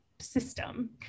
system